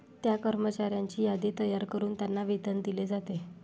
त्या कर्मचाऱ्यांची यादी तयार करून त्यांना वेतन दिले जाते